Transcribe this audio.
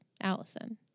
Allison